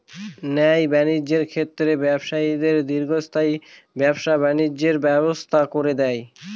ন্যায় বাণিজ্যের ক্ষেত্রে ব্যবসায়ীদের দীর্ঘস্থায়ী ব্যবসা বাণিজ্যের ব্যবস্থা করে দেয়